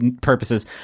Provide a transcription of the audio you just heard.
purposes